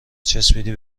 چسبیدی